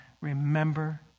remember